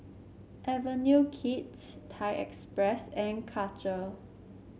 Avenue Kids Thai Express and Karcher